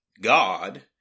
God